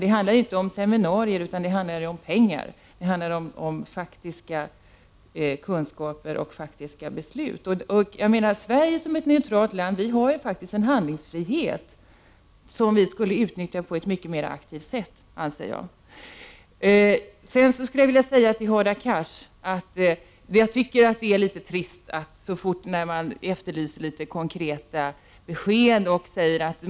Det handlar ju inte om seminarier, utan det handlar om pengar, faktiska kunskaper och faktiska beslut. Sverige som neutralt land har ju en handlingsfrihet, som jag anser att vi skulle utnyttja på ett mycket aktivt sätt. Till Hadar Cars vill jag säga att vi efterlyser litet konkreta besked.